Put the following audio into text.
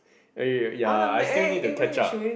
okay ya I still need to catch up